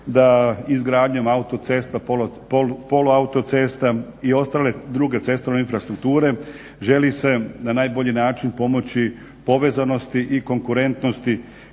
da izgradnjom autocesta, poluautocesta i ostale druge cestovne infrastrukture želi se na najbolji način pomoći povezanosti i konkurentnosti